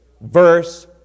verse